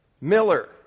Miller